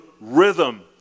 rhythm